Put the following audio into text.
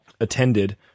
attended